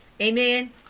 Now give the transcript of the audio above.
Amen